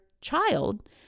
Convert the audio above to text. child